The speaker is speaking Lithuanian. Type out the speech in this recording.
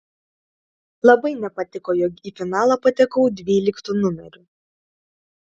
labai nepatiko jog į finalą patekau dvyliktu numeriu